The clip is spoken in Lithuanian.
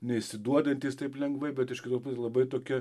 neišsiduodantys taip lengvai bet iš kitos pusės labai tokie